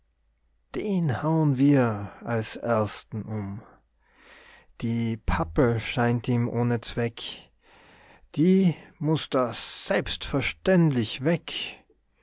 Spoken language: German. den hauen wir als ersten um die pappel scheint ihm ohne zweck die muß da selbstverständlich weg